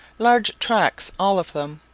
large tracts all of them.